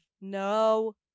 no